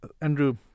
Andrew